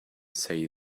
say